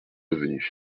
devenus